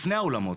לפני האולמות,